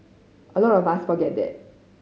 a lot of us forget that